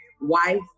Wife